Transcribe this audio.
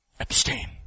Abstain